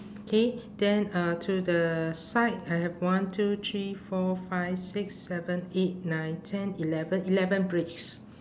okay then uh to the side I have one two three four five six seven eight nine ten eleven eleven bricks